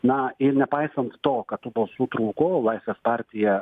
na ir nepaisant to kad tų balsų trūko o laisvės partija